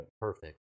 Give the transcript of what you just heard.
perfect